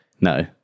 No